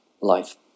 life